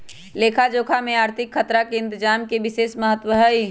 लेखा जोखा में आर्थिक खतरा के इतजाम के विशेष महत्व हइ